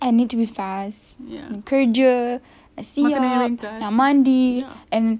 I need to be fast kerja nak siap nak mandi and